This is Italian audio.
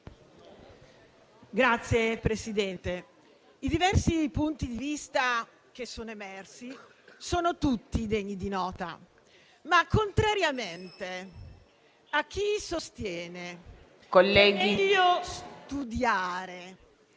Signora Presidente, i diversi punti di vista che sono emersi sono tutti degni di nota, ma, contrariamente a chi sostiene che è meglio studiare